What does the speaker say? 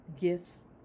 gifts